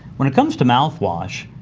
when it comes to mouthwash,